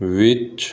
ਵਿੱਚ